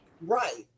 right